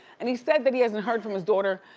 and he said that he hasn't heard from his daughter,